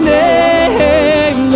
name